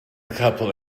couple